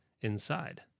inside